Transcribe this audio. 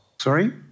Sorry